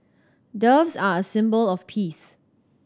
doves are a symbol of peace